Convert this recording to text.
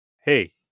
hey